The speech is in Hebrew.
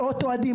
מאות אוהדים,